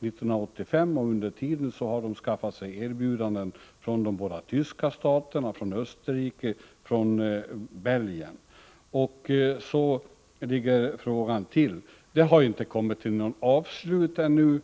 1985. Under tiden har Iran skaffat sig erbjudanden från de båda tyska staterna, Österrike och Belgien. Så ligger det till i denna fråga. Man har alltså ännu inte kommit fram till ett avgörande.